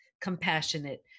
compassionate